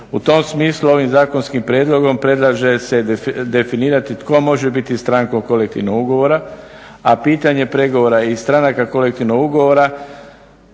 U tom smislu ovim zakonskim prijedlogom predlaže se definirati tko može biti strankom kolektivnog ugovora, a pitanje pregovora i stranaka kolektivnog ugovora